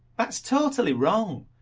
that's totally wrong.